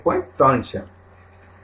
૩ છે